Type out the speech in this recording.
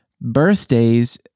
Birthdays